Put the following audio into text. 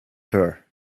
her